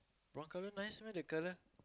brown colour nice meh that colour